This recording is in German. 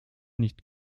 nicht